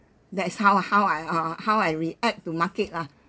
that's how how I uh how I react to market lah